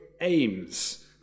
aims